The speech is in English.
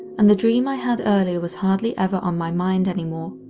and the dream i had earlier was hardly ever on my mind anymore.